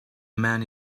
man